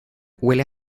huele